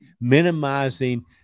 minimizing